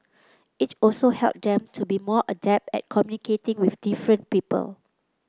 it also help them be more adept at communicating with different people